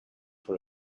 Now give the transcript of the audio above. for